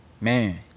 man